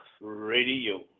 Radio